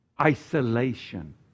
isolation